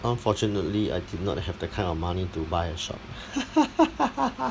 unfortunately I cannot have that kind of money to buy a shop